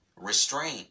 restrain